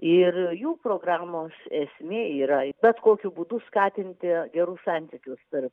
ir jų programos esmė yra bet kokiu būdu skatinti ir santykius tarp